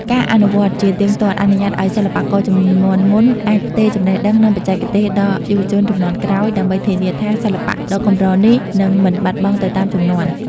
ការអនុវត្តជាទៀងទាត់អនុញ្ញាតឱ្យសិល្បករជំនាន់មុនអាចផ្ទេរចំណេះដឹង និងបច្ចេកទេសដល់យុវជនជំនាន់ក្រោយ ដើម្បីធានាថាសិល្បៈដ៏កម្រនេះនឹងមិនបាត់បង់ទៅតាមជំនាន់។